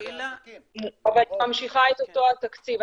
אבל היא ממשיכה את אותו התקציב.